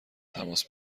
تماس